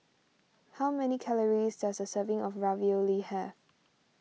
how many calories does a serving of Ravioli have